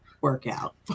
workout